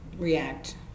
React